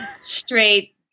straight